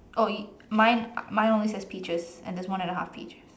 oh it mine mine only says peaches and there's one and a half peach